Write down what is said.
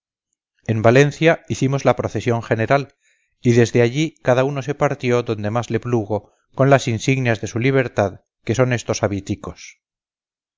en valencia hicimos la procesión general y desde allí cada uno se partió donde más le plugo con las insignias de su libertad que son estos habiticos